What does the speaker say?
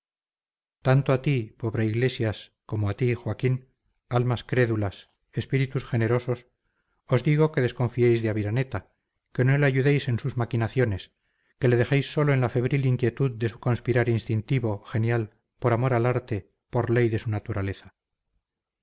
tanto a ti pobre iglesias como a ti joaquín almas crédulas espíritus generosos os digo que desconfiéis de aviraneta que no le ayudéis en sus maquinaciones que le dejéis solo en la febril inquietud de su conspirar instintivo genial por amor al arte por ley de su naturaleza